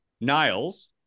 Niles